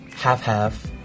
half-half